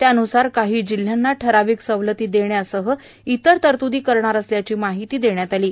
त्या न्सार काही जिल्ह्यांना ठराविक सवलती देण्यासह इतर तरतुदी करणार असल्याची माहिती सेनयात आली आहे